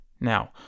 Now